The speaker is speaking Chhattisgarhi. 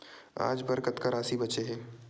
आज बर कतका राशि बचे हे?